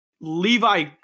Levi